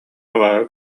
абааһы